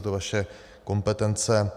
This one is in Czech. Je to vaše kompetence.